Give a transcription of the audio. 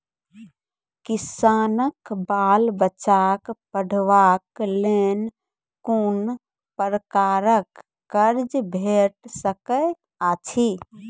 किसानक बाल बच्चाक पढ़वाक लेल कून प्रकारक कर्ज भेट सकैत अछि?